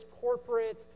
corporate